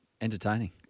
entertaining